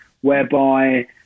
whereby